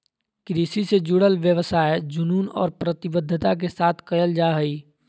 कृषि से जुडल व्यवसाय जुनून और प्रतिबद्धता के साथ कयल जा हइ